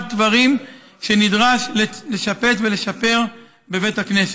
דברים אשר נדרש לשפץ ולשפר בבית הכנסת.